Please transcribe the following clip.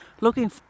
looking